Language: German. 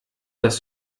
das